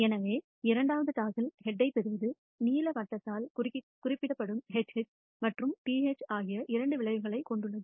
எனவே இரண்டாவது டாஸில் ஹெட்யைப் பெறுவது நீல வட்டத்தால் குறிக்கப்படும் HH மற்றும் TH ஆகிய இரண்டு விளைவுகளைக் கொண்டுள்ளது